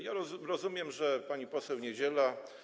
Ja rozumiem, że pani poseł Niedziela.